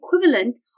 equivalent